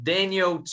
Daniel